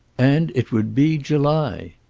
and it would be july.